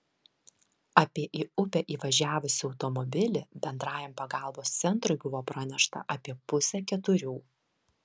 apie į upę įvažiavusį automobilį bendrajam pagalbos centrui buvo pranešta apie pusę keturių